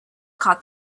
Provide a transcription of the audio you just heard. caught